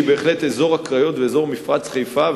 כי בהחלט אזור הקריות ואזור מפרץ חיפה,